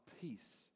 peace